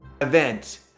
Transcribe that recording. event